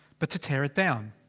but to tear it down!